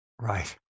right